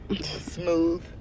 smooth